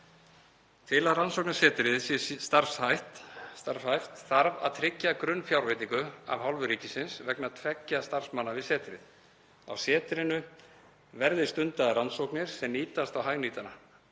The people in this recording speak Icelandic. Til að rannsóknasetrið sé starfhæft þarf að tryggja grunnfjárveitingu af hálfu ríkisins vegna tveggja starfsmanna við setrið. Á setrinu verði stundaðar rannsóknir sem nýtast á hagnýtan